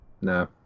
No